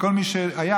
וכל מי שהיה,